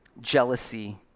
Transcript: jealousy